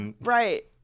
right